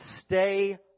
stay